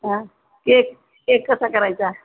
आं cake cake कसा करायचा